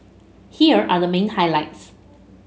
here are the main highlights